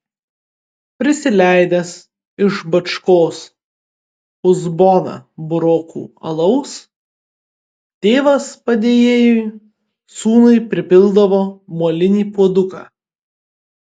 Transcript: prisileidęs iš bačkos uzboną burokų alaus tėvas padėjėjui sūnui pripildavo molinį puoduką